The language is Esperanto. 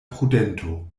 prudento